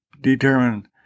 determine